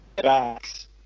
backs